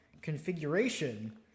configuration